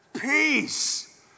Peace